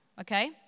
Okay